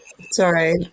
Sorry